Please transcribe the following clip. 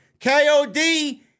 KOD